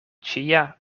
ĉia